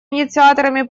инициаторами